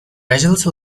agility